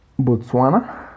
Botswana